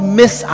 miss